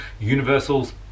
Universal's